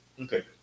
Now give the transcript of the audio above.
Okay